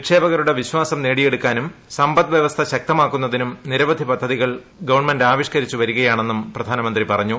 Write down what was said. നിക്ഷേപകരുടെ വിശ്വാസം നേടിയെടുക്കാനും സമ്പദ്വ്യവസ്ഥ ശക്തമാക്കുന്നതിനും നിരവധി പദ്ധതികൾ ഗവൺമെന്റ് ആവിഷ്കരിച്ച് വരികയാണെന്നും പ്രധാനമന്ത്രി പറഞ്ഞു